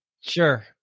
Sure